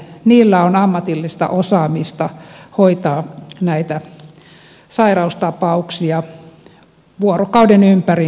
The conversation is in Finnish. niillä on ammatillista osaamista hoitaa näitä sairaustapauksia vuorokauden ympäriinsä